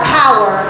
power